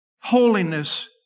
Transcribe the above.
holiness